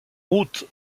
route